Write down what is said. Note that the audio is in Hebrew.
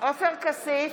עופר כסיף,